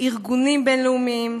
מארגונים בין-לאומיים,